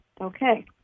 Okay